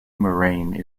moraine